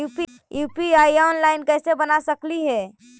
UPI online कैसे बना सकली हे?